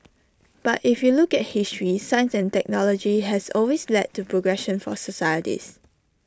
but if you look at history science and technology has always led to progress for societies